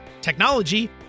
technology